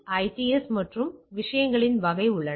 IDS மற்றும் விஷயங்களின் வகைகள் உள்ளன